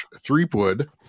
Threepwood